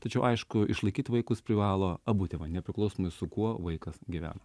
tačiau aišku išlaikyt vaikus privalo abu tėvai nepriklausomai su kuo vaikas gyvena